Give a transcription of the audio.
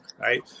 right